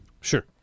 Sure